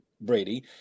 Brady